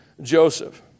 Joseph